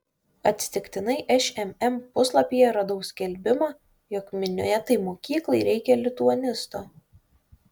atsitiktinai šmm puslapyje radau skelbimą jog minėtai mokyklai reikia lituanisto